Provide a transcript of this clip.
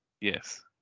Yes